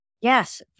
Yes